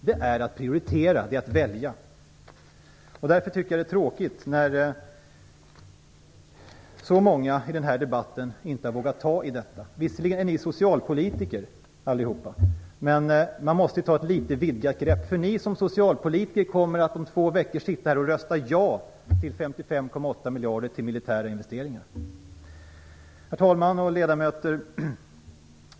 Det är att prioritera, att välja. Därför tycker jag att det är tråkigt att så många i denna debatt inte har vågat ta i detta. Visserligen är ni allihop socialpolitiker. Men här behövs ett litet vidgat grepp, för ni som socialpolitiker kommer om två veckor att sitta här och rösta ja till 55,8 miljarder till militära investeringar. Herr talman! Ledamöter!